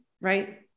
right